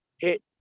hit